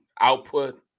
output